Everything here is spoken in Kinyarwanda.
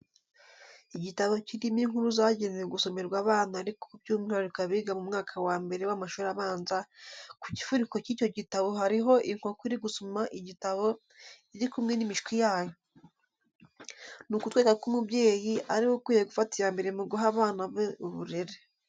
Igitabo kirimo inkuru zagenewe gusomerwa abana ariko by'umwihariko abiga mu mwaka wa mbere w'amashuri abanza, ku gifuniko cy'icyo gitabo hari ho inkoko iri gusoma igitabo iri kumwe n'imishwi yayo. Ni ukutwereka ko umubyeyi ari we ukwiye gufata iya mbere mu guha abana be uburere.